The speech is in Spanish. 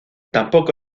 tampoco